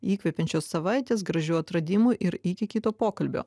įkvepiančios savaitės gražių atradimų ir iki kito pokalbio